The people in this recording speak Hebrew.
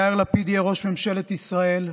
יאיר לפיד יהיה ראש ממשלת ישראל,